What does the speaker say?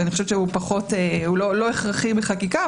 ואני חושבת שלא הכרחי בחקיקה,